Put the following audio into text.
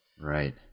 Right